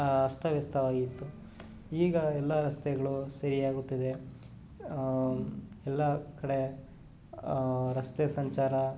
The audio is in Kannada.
ಅಸ್ತವ್ಯಸ್ತವಾಗಿತ್ತು ಈಗ ಎಲ್ಲ ರಸ್ತೆಗಳು ಸರಿಯಾಗುತ್ತದೆ ಎಲ್ಲ ಕಡೆ ರಸ್ತೆಸಂಚಾರ